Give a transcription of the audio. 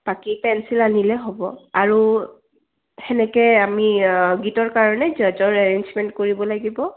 বাকী পেঞ্চিল আনিলে হ'ব আৰু সেনেকৈ আমি গীতৰ কাৰণে জাজৰ এৰেঞ্জমেণ্ট কৰিব লাগিব